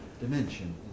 dimension